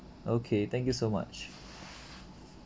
okay thank you so much